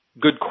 good